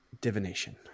divination